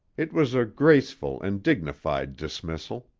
it was a graceful and dignified dismissal.